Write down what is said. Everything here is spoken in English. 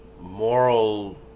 moral